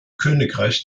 königreich